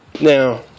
now